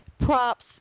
props